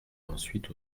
ensuite